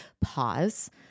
pause